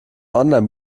online